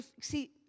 See